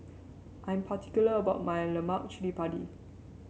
I'm particular about my Lemak Cili Padi